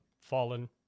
fallen